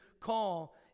call